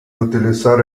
utilizar